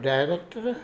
Director